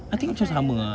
I think try ah